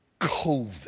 COVID